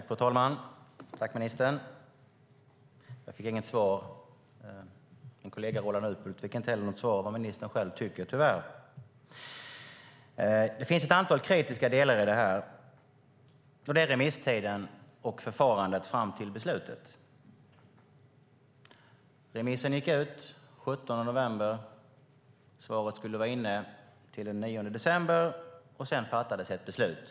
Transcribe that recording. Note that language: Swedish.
Fru talman! Jag tackar ministern, men jag och min kollega Roland Utbult fick tyvärr inget svar om vad ministern tycker själv. Det finns ett antal kritiska delar i det här. Det gäller remisstiden och förfarandet fram till beslutet. Remisstiden gick ut den 17 november, och svaret skulle vara inne till den 9 december. Sedan fattades ett beslut.